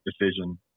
decision